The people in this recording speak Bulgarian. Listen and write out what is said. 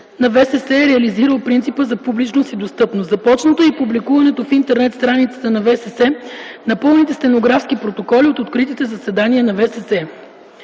на ВСС е реализирал принципа за публичност и достъпност. Започнало е и публикуването в интернет–страницата на ВСС на пълните стенографски протоколи от откритите заседания на ВСС.